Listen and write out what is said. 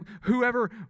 whoever